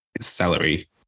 salary